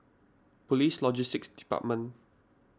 Police Logistics Department